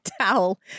towel